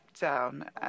down